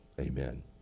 amen